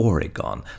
Oregon